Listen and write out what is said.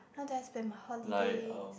how do I spend my holidays